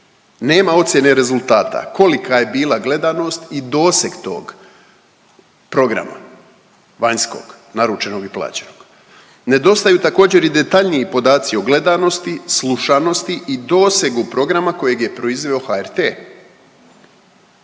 Nema ocjene rezultata kolika je bila gledanost i doseg tog programa vanjskog naručenog i plaćenog. Nedostaju također i detaljniji podaci o gledanosti, slušanosti i dosegu programa kojeg je proizveo HRT.